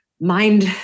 mind